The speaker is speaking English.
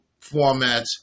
formats